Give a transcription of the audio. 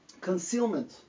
concealment